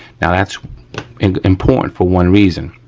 now that's and important for one reason.